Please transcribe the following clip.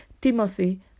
Timothy